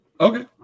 Okay